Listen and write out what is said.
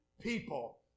people